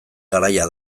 garaia